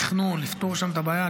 ובתכנון, לפתור שם את הבעיה.